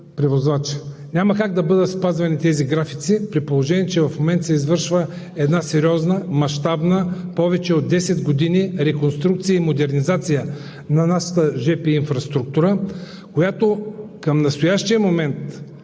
Няма как да бъдат спазвани тези графици, при положение че в момента се извършва една сериозна, мащабна, повече от десет години реконструкция и модернизация на нашата железопътна инфраструктура, която към настоящия момент е